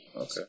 Okay